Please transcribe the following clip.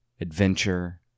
adventure